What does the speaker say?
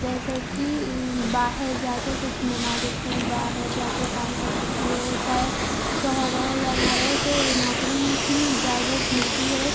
جیسے کہ باہر جا کے کچھ ممالک میں باہر جا کے کام کر سکتی ہے وہ چاہے شوہر ہو یا نہ رہو اسے نوکری کی بھی اجازت ملتی ہے